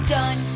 Done